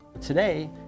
today